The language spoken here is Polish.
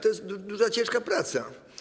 To jest duża, ciężka praca.